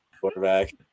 quarterback